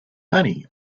honey